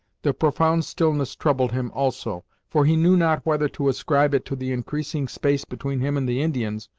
the profound stillness troubled him also, for he knew not whether to ascribe it to the increasing space between him and the indians,